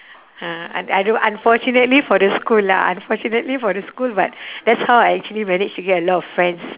ah I I don't unfortunately for the school lah unfortunately for the school but that's how I actually managed to get a lot of friends